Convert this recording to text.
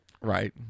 Right